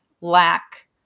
lack